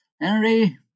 Henry